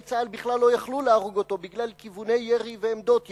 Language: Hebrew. צה"ל בכלל לא יכלו להרוג אותו בגלל כיווני ירי ועמדות ירי,